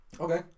Okay